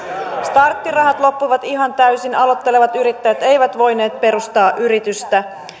starttirahat loppuivat ihan täysin aloittelevat yrittäjät eivät voineet perustaa yritystä